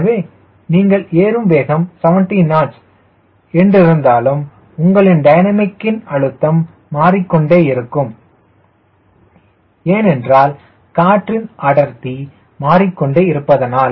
எனவே நீங்கள் ஏறும் வேகம் 70 knots என்றிருந்தாலும் உங்களின் டைனமிக் அழுத்தம் மாறிக்கொண்டே இருக்கும் ஏனென்றால் காற்றின் அடர்த்தி மாறிக்கொண்டே இருப்பதனால்